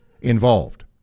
involved